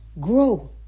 grow